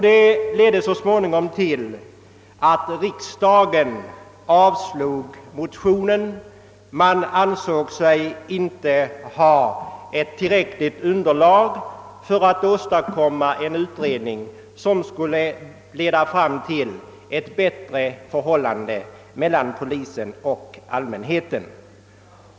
Detta ledde så småningom till att riksdagen avslog motionen; man ansåg sig inte ha ett tillräckligt underlag för att åstadkomma en utredning som skulle leda fram till ett bättre förhållande mellan polisen och allmänheten.